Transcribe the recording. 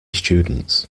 students